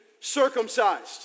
circumcised